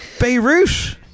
Beirut